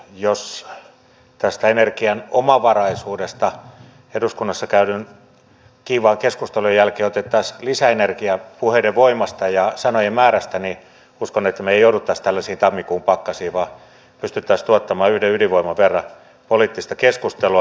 jos tästä energian omavaraisuudesta eduskunnassa käydyn kiivaan keskustelun jälkeen otettaisiin lisäenergiaa puheiden voimasta ja sanojen määrästä niin uskon että me emme joutuisi tällaisiin tammikuun pakkasiin vaan pystyisimme tuottamaan yhden ydinvoiman verran poliittista keskustelua